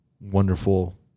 wonderful